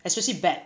especially bat